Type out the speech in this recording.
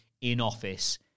in-office